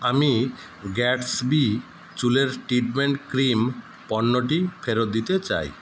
আমি গ্যাটসবি চুলের treatment cream পণ্যটি ফেরত দিতে চাই